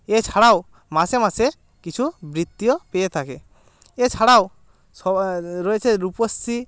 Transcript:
এছাড়াও মাসে মাসে কিছু বৃত্তিও পেয়ে থাকে এছাড়াও সবা রয়েছে রূপশ্রী